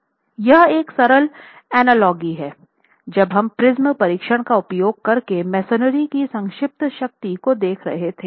यहाँ एक सरल अनलोगी है जब हम प्रिज्म परीक्षण का उपयोग कर के मसोनरी की संक्षिप्त शक्ति को देख रहे थे